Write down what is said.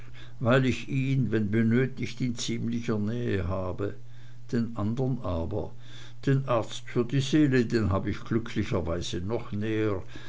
weil ich ihn wenn benötigt in ziemlicher nähe habe den andern aber den arzt für die seele den hab ich glücklicherweise noch näher